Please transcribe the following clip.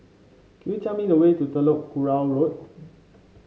could you tell me the way to Telok Kurau Road